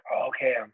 okay